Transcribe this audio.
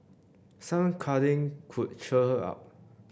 some cuddling could cheer her up